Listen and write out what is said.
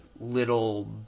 little